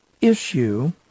issue